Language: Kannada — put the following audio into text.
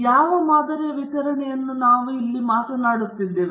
ಯಾವ ಮಾದರಿಯ ವಿತರಣೆಯನ್ನು ನಾವು ಇಲ್ಲಿ ಮಾತನಾಡುತ್ತಿದ್ದೇವೆ